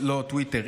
לא טוויטר,